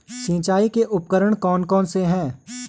सिंचाई के उपकरण कौन कौन से हैं?